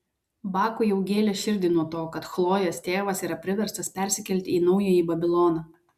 bakui jau gėlė širdį nuo to kad chlojės tėvas yra priverstas persikelti į naująjį babiloną